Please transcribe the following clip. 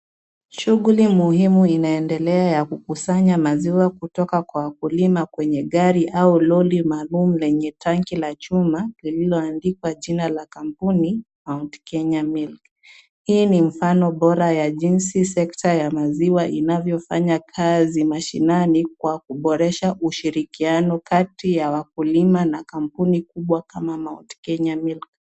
Shughuli muhimu inaendelea ya kukusanya maziwa kutoka kwa wakulima kwenye gari au lori maalum lenye tanki la chuma, lililoandikwa jina la kampuni Mount Kenya Milk. Hii ni mfano bora ya jinsi sekta ya maziwa inavyofanya kazi mashinani, kwa kuboresha ushirikiano kati ya wakulima na kampuni kubwa kama Mount Kenya Milk.